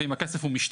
ועם הכסף הוא משתמש.